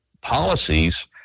policies